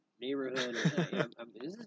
neighborhood